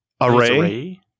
array